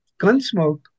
Gunsmoke